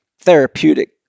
therapeutic